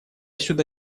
сюда